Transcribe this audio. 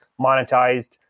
monetized